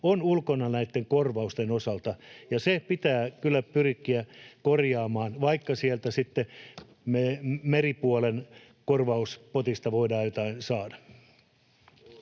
on ulkona näitten korvausten osalta, ja se pitää kyllä pyrkiä korjaamaan, vaikka sitten sieltä meripuolen korvauspotista voidaan jotain saada.